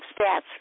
stats